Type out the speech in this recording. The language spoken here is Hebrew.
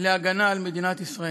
להגנה על מדינת ישראל.